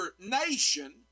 nation